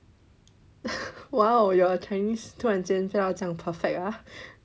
!wow! your chinese 突然说到这样 perfect ah